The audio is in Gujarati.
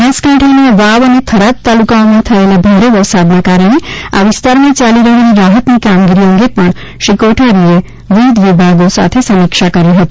બનાસકાંઠાના વાવ અને થરાદ તાલુકાઓમાં થયેલા ભારે વરસાદના કારણે આ વિસ્તારમાં ચાલી રહેલી રાહતની કામગીરી અંગે પણ શ્રી કોઠારીએ વિવિધ વિભાગો સાથે સમીક્ષા કરી હતી